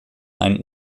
ein